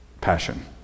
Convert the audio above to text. passion